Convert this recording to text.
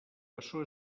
açò